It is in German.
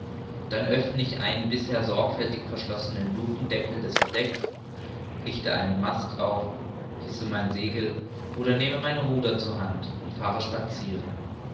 dann öffne ich einen bisher sorgfältig verschlossenen luckendeckel des verdecks richte einen mast auf hisse mein segel oder nehme meine ruder zur hand und fahre spazieren